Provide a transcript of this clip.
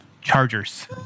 chargers